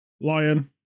Lion